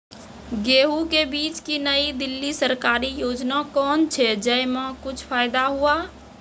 गेहूँ के बीज की नई दिल्ली सरकारी योजना कोन छ जय मां कुछ फायदा हुआ?